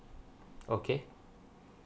okay